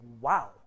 Wow